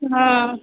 না